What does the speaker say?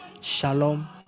Shalom